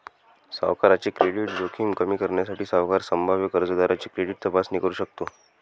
सावकाराची क्रेडिट जोखीम कमी करण्यासाठी, सावकार संभाव्य कर्जदाराची क्रेडिट तपासणी करू शकतो